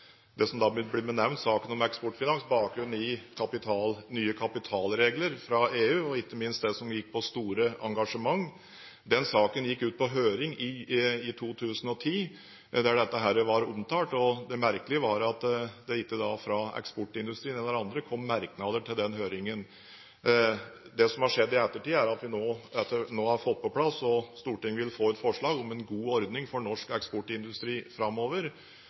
nye kapitalregler fra EU, og ikke minst det som gikk på store engasjement. Den saken gikk ut på høring i 2010, der dette var omtalt, og det merkelige var at det ikke fra eksportindustrien eller andre kom merknader til den høringen. Det som har skjedd i ettertid, er at vi nå har fått på plass – og Stortinget vil få et forslag om det – en god ordning for norsk eksportindustri framover.